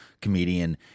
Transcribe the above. comedian